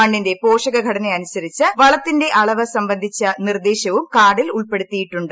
മണ്ണിന്റെ പോഷക ഘടനയനുസരിച്ച് പ്രഖളത്തിന്റെ അളവ് സംബന്ധിച്ച നിർദ്ദേശവും കാർഡിൽ ഉൾപ്പെടുത്തിയിട്ടുണ്ട്